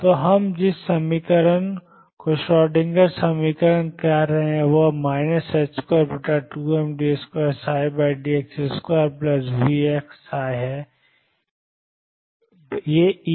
तो हम जिस समीकरण को श्रोडिंगर समीकरण कह रहे हैं वह है 22md2dx2VψEψ